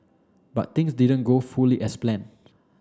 but things didn't go fully as planned